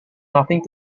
nothing